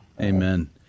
Amen